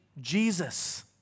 Jesus